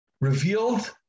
revealed